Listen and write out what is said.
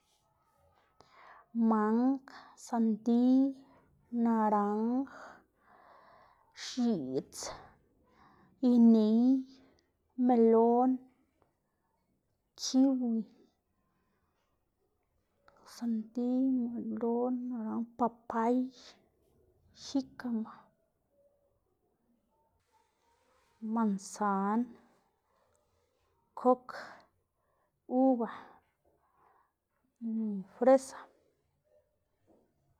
mang, sandiy, naranj, x̱iꞌts, iniy, melon, kiwi, sandiy, melon, naranj, papay, jikama, mansan, kok, uba, fresa.